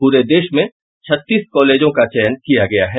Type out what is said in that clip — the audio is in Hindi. प्ररे देश में छत्तीस कॉलेजों का चयन किया गया है